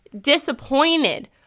disappointed